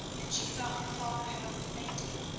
and she thought her father had only fainted.